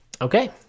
Okay